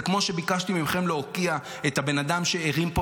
זה כמו שביקשתי מכם להוקיע את הבן אדם שהרים פה